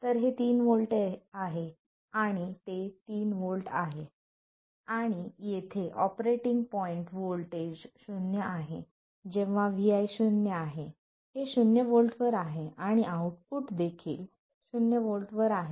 तर हे 3 व्होल्ट आहे आणि ते 3 व्होल्ट आहे आणि येथे ऑपरेटिंग पॉईंट व्होल्टेज शून्य आहे जेव्हा vi शून्य आहे हे शून्य व्होल्टवर आहे आणि आउटपुट देखील शून्य व्होल्टवर आहे